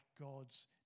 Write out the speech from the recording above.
God's